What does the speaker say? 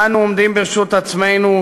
אנו עומדים ברשות עצמנו,